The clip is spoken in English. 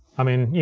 i mean, yeah